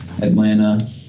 Atlanta